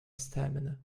stamina